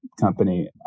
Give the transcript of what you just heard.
company